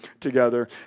together